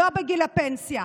לא בגיל הפנסיה,